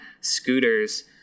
scooters